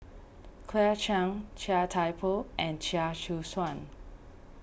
Claire Chiang Chia Thye Poh and Chia Choo Suan